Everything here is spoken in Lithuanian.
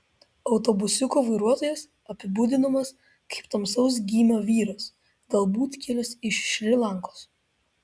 autobusiuko vairuotojas apibūdinamas kaip tamsaus gymio vyras galbūt kilęs iš šri lankos